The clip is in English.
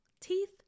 teeth